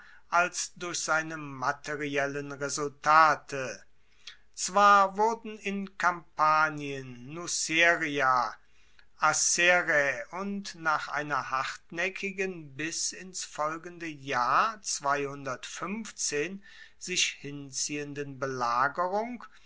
als durch seine materiellen resultate zwar wurden in kampanien nuceria acerrae und nach einer hartnaeckigen bis ins folgende jahr sich hinziehenden belagerung